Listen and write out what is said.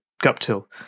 Guptil